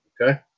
Okay